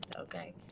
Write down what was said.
okay